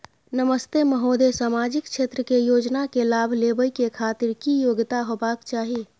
नमस्ते महोदय, सामाजिक क्षेत्र के योजना के लाभ लेबै के खातिर की योग्यता होबाक चाही?